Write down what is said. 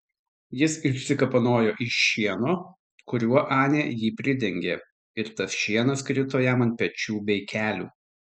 jis išsikapanojo iš šieno kuriuo anė jį pridengė ir tas šienas krito jam ant pečių bei kelių